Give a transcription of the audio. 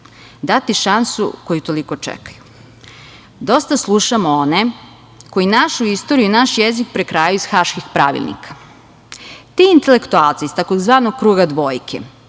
dati šansu koju toliko čekaju. Dosta slušamo one koji našu istoriju i naš jezik prekrajaju iz haških pravilnika. Te intelektualce iz tzv. kruga dvojke